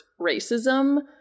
racism